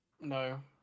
No